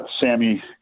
Sammy